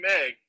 Meg